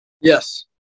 Yes